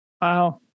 Wow